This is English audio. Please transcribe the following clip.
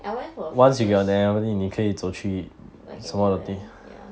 I went for the focus like anywhere ya